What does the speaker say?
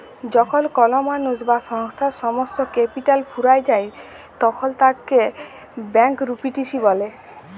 যখল কল মালুস বা সংস্থার সমস্ত ক্যাপিটাল ফুরাঁয় যায় তখল তাকে ব্যাংকরূপটিসি ব্যলে